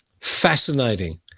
Fascinating